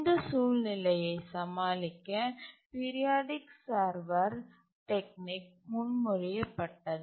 இந்த சூழ்நிலையை சமாளிக்க பீரியாடிக் சர்வர் டெக்னிக் முன்மொழியப்பட்டது